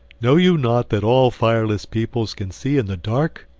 know you not that all fireless peoples can see in the dark?